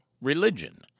religion